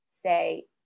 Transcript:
say